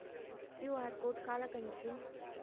QR code काला कहिथे?